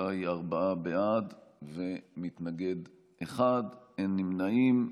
התוצאה היא ארבעה בעד ומתנגד אחד, אין נמנעים.